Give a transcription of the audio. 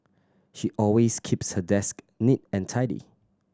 she always keeps her desk neat and tidy